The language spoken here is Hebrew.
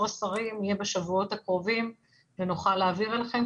השרים יהיה בשבועות הקרובים ונוכל להעביר אליכם.